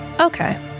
Okay